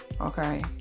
okay